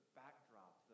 backdrop